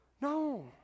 no